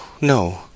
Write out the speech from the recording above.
no